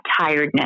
tiredness